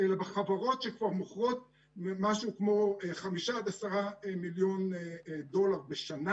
אלא בחברות שכבר מוכרות משהו כמו 5 עד 10 מיליון דולר בשנה.